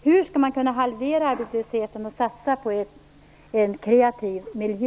Hur skall man kunna halvera arbetslösheten och satsa på en kreativ miljö?